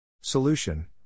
Solution